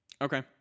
Okay